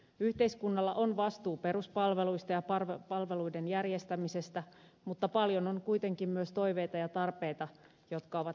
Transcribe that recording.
yhteiskunnalla on vastuu peruspalveluista ja palveluiden järjestämisestä mutta paljon on kuitenkin myös toiveita ja tarpeita jotka menevät näiden ohi